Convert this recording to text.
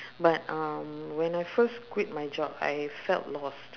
but um when I first quit my job I felt lost